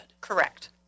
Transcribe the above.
Correct